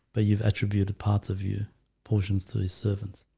but you've attributed parts of you portions to his servants